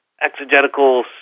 exegetical